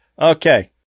Okay